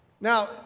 Now